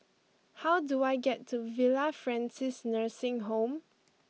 how do I get to Villa Francis Nursing Home